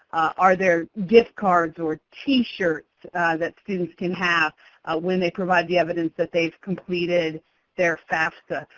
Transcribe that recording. are there gift cards or t-shirts that students can have when they provide the evidence that they've completed their fafsa?